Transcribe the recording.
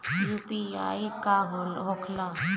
UPI का होखेला?